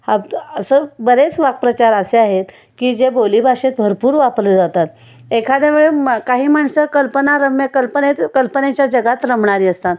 हत असं बरेच वाक्प्रचार असे आहेत की जे बोलीभाषेत भरपूर वापरले जातात एखाद्या वेळी मग काही माणसं कल्पनारम्य कल्पनेत कल्पनेच्या जगात रमणारी असतात